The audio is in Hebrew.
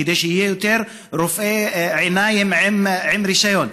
כדי שיהיו רופאי עיניים עם רישיון.